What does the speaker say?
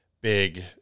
big